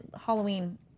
Halloween